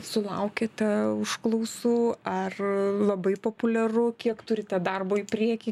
sulaukiate užklausų ar labai populiaru kiek turite darbo į priekį